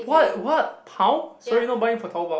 what what how so you not buying from Taobao